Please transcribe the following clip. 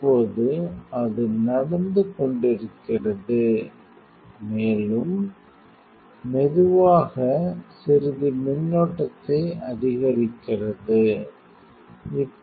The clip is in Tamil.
இப்போது அது நடந்து கொண்டிருக்கிறது மேலும் மெதுவாக சிறிது மின்னோட்டத்தை அதிகரிக்கிறது 1917